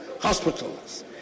hospitals